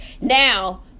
now